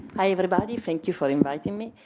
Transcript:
hi, everybody. thank you for inviting me.